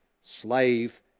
slave